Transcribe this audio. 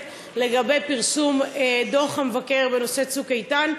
לגבי פרסום דוח המבקר בנושא "צוק איתן".